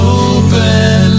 open